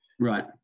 Right